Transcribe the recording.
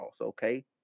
Okay